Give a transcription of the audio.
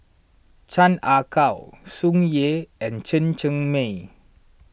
Chan Ah Kow Tsung Yeh and Chen Cheng Mei